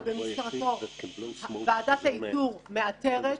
שבמסגרתו ועדת האיתור מאתרת,